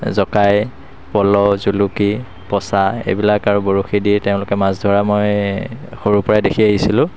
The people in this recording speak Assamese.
জকায় পলহ জুলুকী পঁচা এইবিলাক আৰু বৰশী দি তেওঁলোকে মাছ ধৰা মই সৰুৰপৰা দেখি আহিছিলোঁ